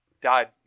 died